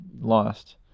lost